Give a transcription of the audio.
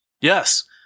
Yes